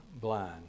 blind